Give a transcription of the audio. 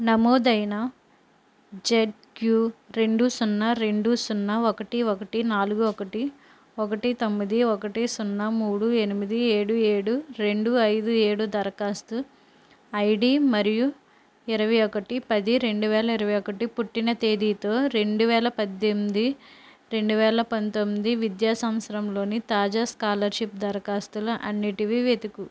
నమోదైన Z Q రెండు సున్నా రెండు సున్నాఒకటి ఒకటి నాలుగు ఒకటి ఒకటి తొమ్మిది ఒకటి సున్నా మూడు ఎనిమిది ఏడు ఏడు రెండు ఐదు ఏడు దరఖాస్తు ఐడి మరియు ఇరవై ఒకటి పది రెండువేల ఇరవై ఒకటి పుట్టిన తేదీతో రెండువేల పద్దెనిమిది రెండువేల పంతొమ్మిది విద్యా సంవత్సరంలోని తాజా స్కాలర్షిప్ దరఖాస్తులు అన్నింటివీ వెతుకుము